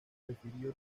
prefirió